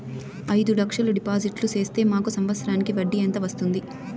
అయిదు లక్షలు డిపాజిట్లు సేస్తే మాకు సంవత్సరానికి వడ్డీ ఎంత వస్తుంది?